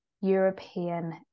european